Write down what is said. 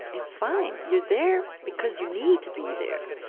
it's fine. you're there because you need to be there.